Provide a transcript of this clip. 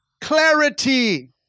clarity